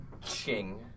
Ching